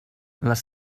les